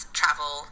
travel